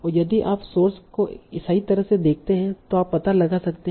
और यदि आप सोर्स को सही तरह से देखते हैं तो आप पता लगा सकते हैं